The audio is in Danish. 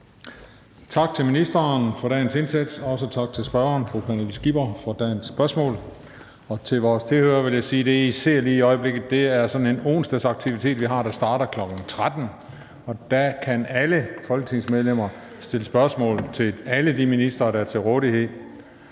Tak til ministeren for dagens indsats, og også tak til spørgeren, fru Pernille Skipper, for dagens spørgsmål. Til vores tilhørere vil jeg sige, at det, I ser lige i øjeblikket, er sådan en onsdagsaktivitet, vi har, der starter kl. 13.00, og der kan alle Folketingets medlemmer stille spørgsmål til alle de ministre, der er til rådighed.